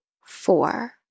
four